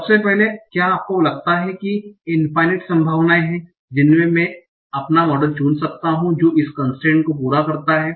सबसे पहले क्या आपको लगता है कि इंफाइनाइट संभावनाएं हैं जिनमें मैं अपना मॉडल चुन सकता हूं जो इस कन्स्ट्रेन्ट को पूरा करता है